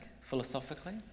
philosophically